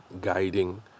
guiding